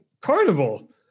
carnival